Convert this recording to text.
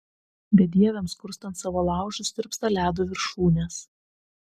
bedieviams kurstant savo laužus tirpsta ledo viršūnės